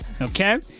Okay